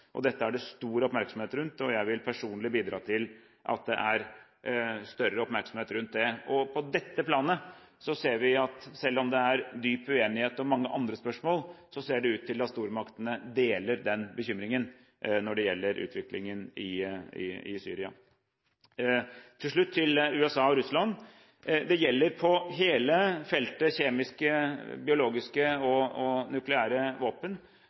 Dette er det stor oppmerksomhet rundt, og jeg vil personlig bidra til større oppmerksomhet rundt det. På dette planet ser det ut til, selv om det er dyp uenighet om mange andre spørsmål, at stormaktene deler den bekymringen når det gjelder utviklingen i Syria. Til slutt til USA og Russland. Det gjelder på hele feltet kjemiske, biologiske og nukleære våpen